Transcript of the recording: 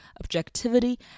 objectivity